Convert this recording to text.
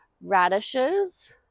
radishes